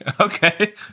Okay